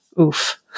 oof